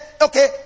Okay